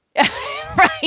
Right